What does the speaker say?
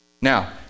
Now